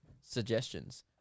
suggestions